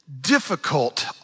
difficult